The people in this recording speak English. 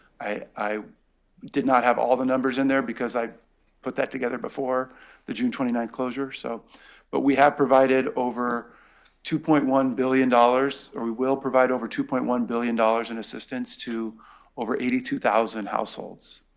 i did not have all the numbers in there, because i put that together before before the june twenty nine closure. so but we have provided over two point one billion dollars dollars, or we will provide over two point one billion dollars in assistance, to over eighty two thousand households.